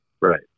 Right